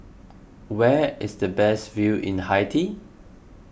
where is the best view in Haiti